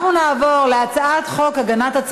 אנחנו נעבור להצבעה הבאה,